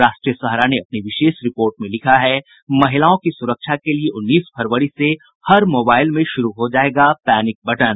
राष्ट्रीय सहारा ने अपनी विशेष रिपोर्ट में लिखा है महिलाओं की सुरक्षा के लिये उन्नीस फरवरी से हर मोबाइल में शुरू हो जायेगा पैनिक बटन